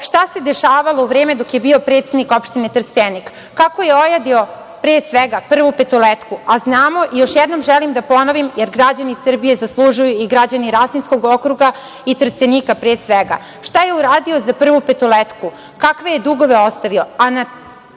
šta se dešavalo u vreme dok je bio predsednik opštine Trstenik? Kako je ojadio, pre svega, "Prvu Petoletku"? Znamo i još jednom želim da ponovim, jer građani Srbije zaslužuju, građani Rasinskog okruga i Trstenika, pre svega. Šta je uradio za "Prvu petoletku"? kakve je dugove ostavio?